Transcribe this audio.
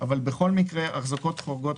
אבל בכל מקרה החזקות חורגות,